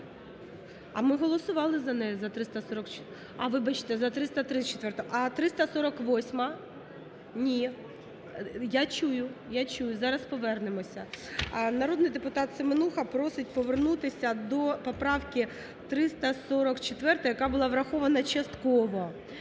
А ми голосували за неї. Вибачте, за 334-у. А 348? Ні. Я чую, зараз повернемося. Народний депутат Семенуха просить повернутися до поправки 344, яка була врахована частково.